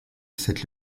cette